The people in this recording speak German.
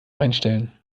einstellen